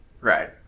Right